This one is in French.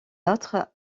autre